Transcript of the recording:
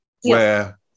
where-